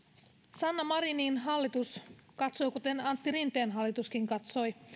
sanna marinin hallitus katsoo kuten antti rinteen hallituskin katsoi